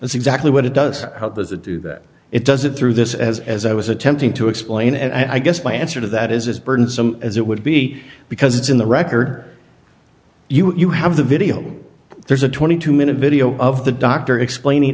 that's exactly what it does how does it do that it does it through this as as i was attempting to explain and i guess my answer to that is burdensome as it would be because it's in the record you have the video there's a twenty two minute video of the doctor explaining